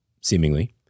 seemingly